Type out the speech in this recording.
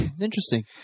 Interesting